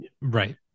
Right